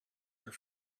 are